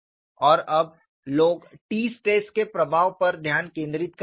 और अब लोग T स्ट्रेस के प्रभाव पर ध्यान केंद्रित कर रहे हैं